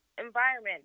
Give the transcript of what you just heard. environment